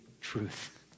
truth